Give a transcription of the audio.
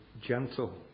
gentle